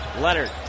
Leonard